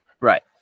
Right